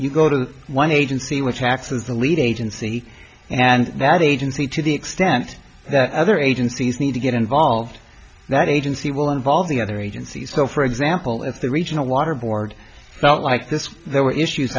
you go to one agency which acts as the lead agency and that agency to the extent that other agencies need to get involved that agency will involve the other agencies so for example if the regional water board like this there were issues